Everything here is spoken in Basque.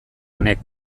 honek